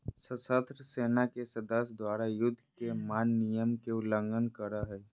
सशस्त्र सेना के सदस्य द्वारा, युद्ध के मान्य नियम के उल्लंघन करो हइ